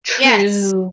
Yes